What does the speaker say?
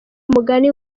umugani